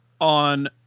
on